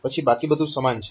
પછી બાકી બધું સમાન છે